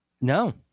no